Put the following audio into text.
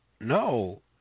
No